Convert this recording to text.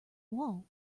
wall